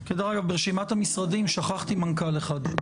ברשימת המשרדים שכחתי לציין מנכ״ל אחד,